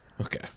Okay